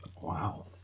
Wow